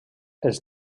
els